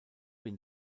been